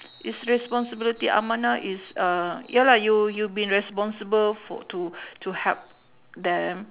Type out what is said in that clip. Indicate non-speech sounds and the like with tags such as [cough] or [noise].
is responsibility amanah is uh ya lah you you been responsible for to [breath] to help them